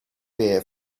beer